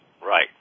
Right